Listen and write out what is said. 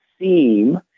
seem